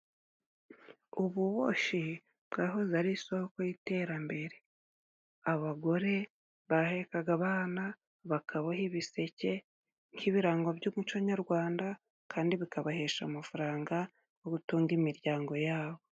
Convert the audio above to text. Ububoshi bwahoze ari isoko y'iterambere. Abagore bahekaga abana bakabahoha ibiseke, nk'ibirango by'umuco nyarwanda, kandi bikabahesha amafaranga, yo gutunga imiryango ya bo.